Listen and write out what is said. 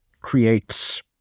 creates